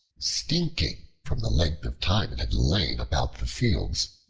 stinking from the length of time it had lain about the fields.